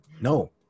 no